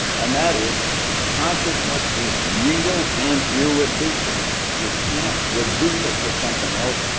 and that is consciousness is real and irreducible, you can't reduce it to something else,